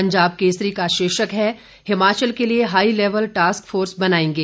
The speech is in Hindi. पंजाब केसरी का शीर्षक है हिमाचल के लिए हाई लेवल टास्क फोर्स बनाएंगे